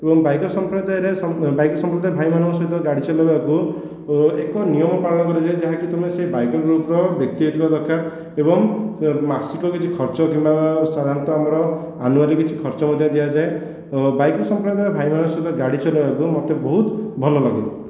ଏବଂ ବାଇକର ସଂପ୍ରଦାୟରେ ବାଇକର୍ସ ସମ୍ପ୍ରଦାୟର ଭାଇମାନଙ୍କ ସହିତ ଗାଡ଼ି ଚଲେଇବାକୁ ଏକ ନିୟମ ପାଳନ କରାଯାଏ ଯାହାକି ତୁମେ ସେହି ବାଇକର ଗ୍ରୁପର ବ୍ୟକ୍ତି ହୋଇଥିବା ଦରକାର ଏବଂ ମାସିକ କିଛି ଖର୍ଚ୍ଚ ହେବ ସାଧାରଣତଃ ଆମର ଅନୁଆଲି କିଛି ଖର୍ଚ୍ଚ ମଧ୍ୟ ଦିଆଯାଏ ବାଇକର ସମ୍ପ୍ରଦାୟର ଭାଇମାନଙ୍କ ସହ ଗାଡ଼ି ଚଲେଇବାକୁ ମୋତେ ବହୁତ ଭଲ ଲାଗେ